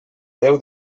déu